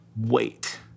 Wait